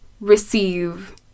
receive